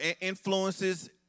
influences